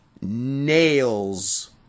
nails